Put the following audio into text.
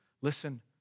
listen